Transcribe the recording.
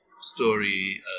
story